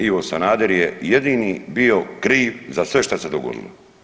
Ivo Sanader je jedini bio kriv za sve šta se dogodilo.